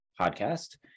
podcast